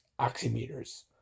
oximeters